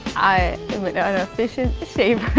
i mean an efficient shaver.